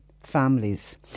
families